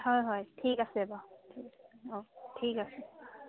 হয় হয় ঠিক আছে বাৰু ঠিক আছে অঁ ঠিক আছে